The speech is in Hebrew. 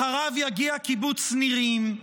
אחריו יגיע קיבוץ נירים,